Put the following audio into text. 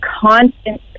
constant